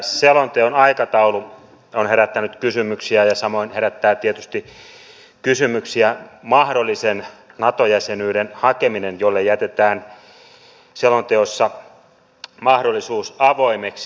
selonteon aikataulu on herättänyt kysymyksiä ja samoin herättää tietysti kysymyksiä mahdollisen nato jäsenyyden hakeminen jolle jätetään selonteossa mahdollisuus avoimeksi